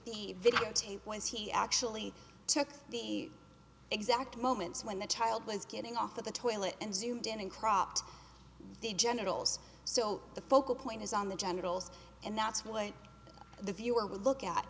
the videotape was he actually took the exact moments when the child was getting off of the toilet and zoomed in and cropped the genitals so the focal point is on the genitals and that's what the viewer would look at